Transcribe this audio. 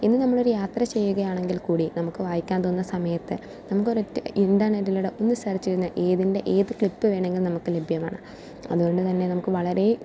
ഇന്ന് നമ്മൾ ഒരു യാത്ര ചെയ്യുകയാണെങ്കിൽക്കൂടി നമുക്ക് വായിക്കാൻ തോന്നുന്ന സമയത്ത് നമുക്ക് ഒരൊറ്റ ഇൻ്റർനെറ്റിലൂടെ ഒന്ന് സെർച്ച് ചെയ്തു കഴിഞ്ഞാൽ ഏതിൻ്റെ ഏത് ക്ലിപ്പ് വേണമെങ്കിലും നമുക്ക് ലഭ്യമാണ് അതുകൊണ്ടുതന്നെ നമുക്ക് വളരേ